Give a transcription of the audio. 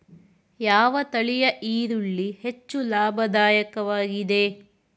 ಯಾವ ತಳಿಯ ಈರುಳ್ಳಿ ಹೆಚ್ಚು ಲಾಭದಾಯಕವಾಗಿದೆ?